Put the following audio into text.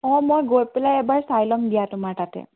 অঁ মই গৈ পেলাই এবাৰ চাই ল'ম দিয়া তোমাৰ তাতে